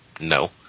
no